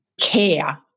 care